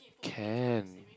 can